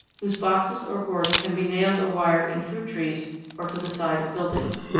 whose boxes or gourds can be nailed or wired in fruit trees or to the side of buildings.